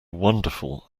wonderful